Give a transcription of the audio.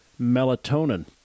melatonin